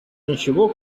ничего